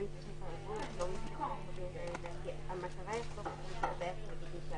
אמרתי שלדעתי צריך לעשות את זה יחד עם פתיחת